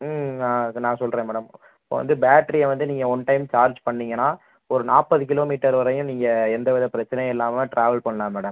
ம் நான் அதை நான் சொல்கிறேன் மேடம் இப்போ வந்து பேட்டரிய வந்து நீங்கள் ஒன் டைம் சார்ஜ் பண்ணீங்கன்னா ஒரு நாற்பது கிலோமீட்டர் வரையும் நீங்கள் எந்தவித பிரச்சனயும் இல்லாமல் ட்ராவல் பண்ணலாம் மேடம்